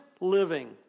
living